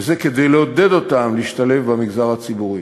וזה כדי לעודד אותם להשתלב במגזר הציבורי.